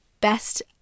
best